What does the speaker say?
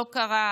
לא קרה,